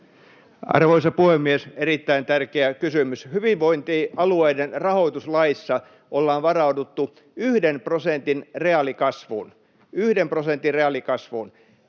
Arvoisa puhemies! Erittäin tärkeä kysymys. Hyvinvointialueiden rahoituslaissa on varauduttu yhden prosentin reaalikasvuun, yhden prosentin reaalikasvuun.